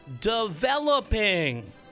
developing